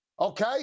okay